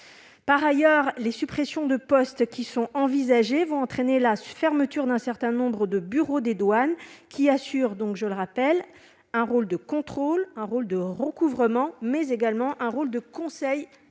Par ailleurs, les suppressions de postes qui sont envisagées entraîneront la fermeture d'un certain nombre de bureaux des douanes, qui assurent un rôle de contrôle, de recouvrement, mais également de conseil